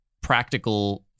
practical